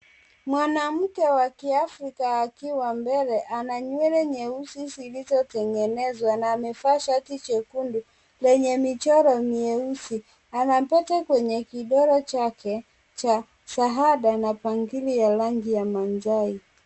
Mwanamke wa kiafrika akiwa mbele ana nywele nyeusi zilizotengenezwa na amevaa shati jekundu lenye, michoro mieusi. Ana pete kwenye kidole chake, cha shahada na bangili ya rangi ya masai.